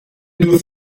due